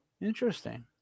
interesting